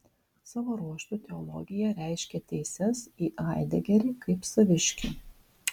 savo ruožtu teologija reiškė teises į haidegerį kaip saviškį